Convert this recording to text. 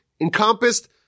encompassed